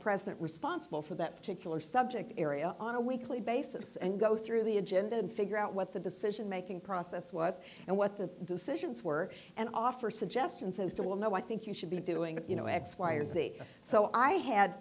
president responsible for that particular subject area on a weekly basis and go through the agenda and figure out what the decision making process was and what the decisions were and offer suggestions as to well no i think you should be doing that you know x y or z so i had